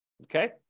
Okay